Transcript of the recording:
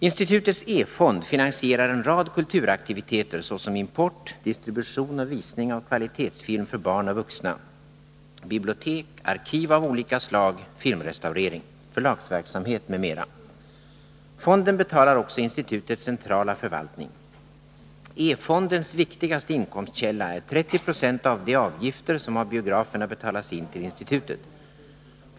Institutets E-fond finansierar en rad kulturaktiviteter såsom import, distribution och visning av kvalitetsfilm för barn och vuxna, bibliotek, arkiv av olika slag, filmrestaurering, förlagsverksamhet m.m. Fonden betalar också institutets centrala förvaltning. E-fondens viktigaste inkomstkälla är 30 96 av de avgifter som av biograferna betalas in till institutet.